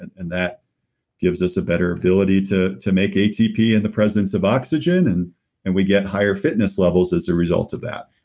and that gives us a better ability to to make atp in the presence of oxygen and and we get higher fitness levels as a result of that.